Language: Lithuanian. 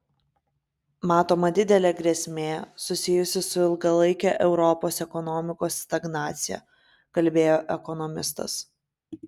matoma didelė grėsmė susijusi su ilgalaike europos ekonomikos stagnacija kalbėjo ekonomistas